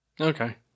okay